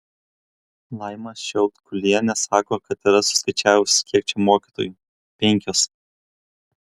laima šiaudkulienė sako kad yra suskaičiavusi kiek čia mokytojų penkios